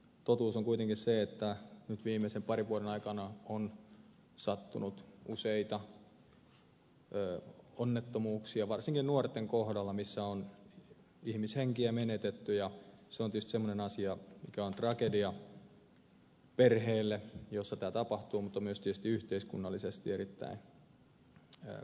totuus on kuitenkin se että nyt viimeisten parin vuoden aikana on sattunut varsinkin nuorten kohdalla useita onnettomuuksia missä on ihmishenkiä menetetty ja se on tietysti semmoinen asia mikä on tragedia perheelle jossa tämä tapahtuu mutta se on myös tietysti yhteiskunnallisesti erittäin kallista